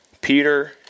Peter